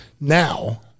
now